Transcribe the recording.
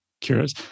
curious